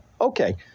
Okay